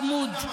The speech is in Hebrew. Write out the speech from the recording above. חמוד.